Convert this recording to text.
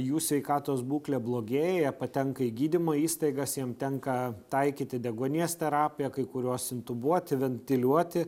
jų sveikatos būklė blogėja jie patenka į gydymo įstaigas jiem tenka taikyti deguonies terapiją kai kuriuos intubuoti ventiliuoti